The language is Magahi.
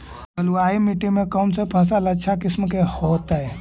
बलुआही मिट्टी में कौन से फसल अच्छा किस्म के होतै?